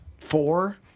four